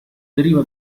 deriva